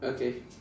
okay